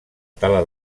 tala